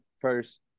first